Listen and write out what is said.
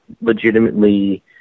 legitimately